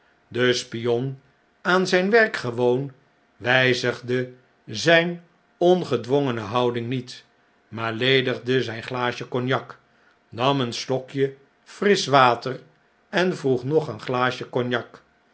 de spion aan zgn werk gewoon wjjzigde zn'n ongedwongene houding niet maar ledigde zyn glaasje cognac nam een slokje frisch water en vroeg nog een glaasje cognac